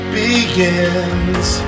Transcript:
begins